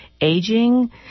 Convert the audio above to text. aging